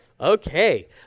Okay